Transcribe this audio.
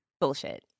Bullshit